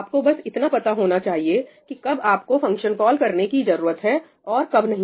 आपको बस इतना पता होना चाहिए कि कब आपको फंक्शन कॉल करने की जरूरत है और कब नहीं